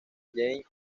jamie